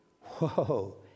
Whoa